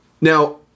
Now